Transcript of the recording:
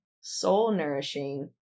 soul-nourishing